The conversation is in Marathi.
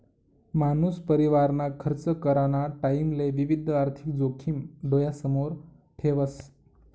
मानूस परिवारना खर्च कराना टाईमले विविध आर्थिक जोखिम डोयासमोर ठेवस